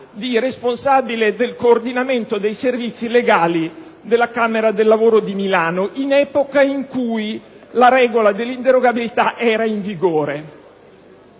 di responsabile del coordinamento dei servizi legali della Camera del lavoro di Milano, in un'epoca in cui la regola dell'inderogabilità dei minimi era